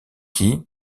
qui